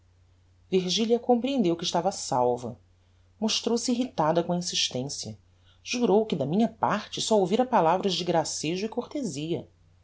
virgilia comprehendeu que estava salva mostrou-se irritada com a insistencia jurou que da minha parte só ouvira palavras de gracejo e cortezia